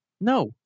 No